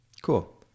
Cool